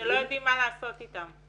שלא יודעים מה לעשות איתם.